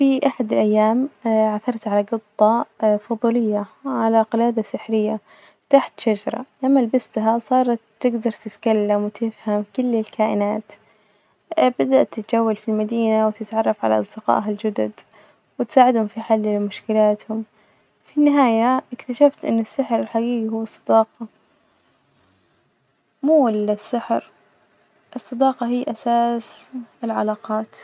في أحد الأيام عثرت على جطة فضولية على قلادة سحرية تحت شجرة، لما لبستها صارت تجدر تتكلم وتفهم كل الكائنات بدأت تتجول في المدينة وتتعرف على أصدقائها الجدد، وتساعدهم في حل لمشكلاتهم، في النهاية إكتشفت إن السحر الحجيجي هو الصداقة مو السحر، الصداقة هي أساس العلاقات.